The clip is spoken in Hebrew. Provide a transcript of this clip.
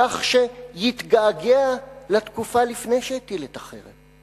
כך שיתגעגע לתקופה שלפני שהטיל את החרם.